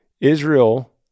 Israel